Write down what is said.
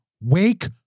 Wake